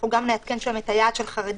אנחנו נעדכן שם את היעד של חרדים.